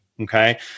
Okay